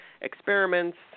experiments